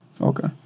Okay